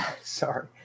Sorry